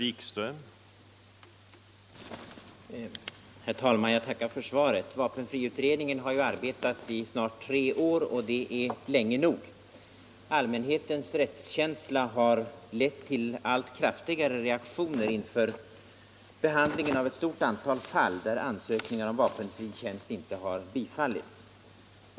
Herr talman! Jag tackar för svaret. Vapenfriutredningen har ju arbetat i snart tre år och det är länge nog. Allmänhetens rättskänsla har lett till allt kraftigare reaktioner inför behandlingen av ett stort antal fall där ansökningar om vapenfri tjänst inte bifallits.